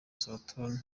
straton